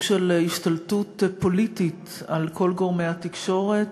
של השתלטות פוליטית על כל גורמי התקשורת,